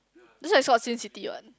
that's why is called Sin City what